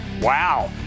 Wow